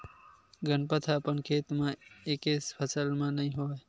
गनपत ह अपन खेत म एके फसल नइ लेवय